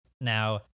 now